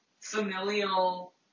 familial